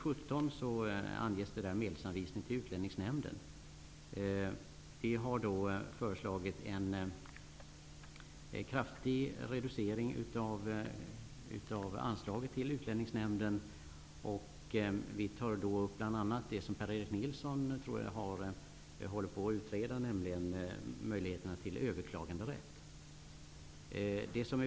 Utlänningsnämnden. Vi har föreslagit en kraftig reducering av anslaget till Utlänningsnämnden, och vi tar bl.a. upp det som Per-Erik Nilsson utreder, nämligen möjligheterna till överklaganderätt.